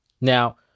Now